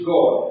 God